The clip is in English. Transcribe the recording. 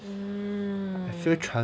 mmhmm